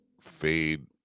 fade